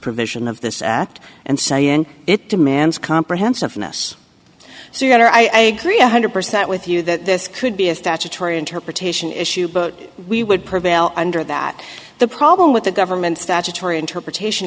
provision of this act and sayen it demands comprehensiveness so you are i agree one hundred percent with you that this could be a statutory interpretation issue but we would prevail under that the problem with the government statutory interpretation